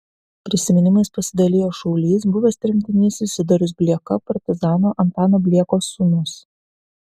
prisiminimais pasidalijo šaulys buvęs tremtinys izidorius blieka partizano antano bliekos sūnus